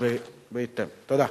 תודה.